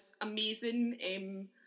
amazing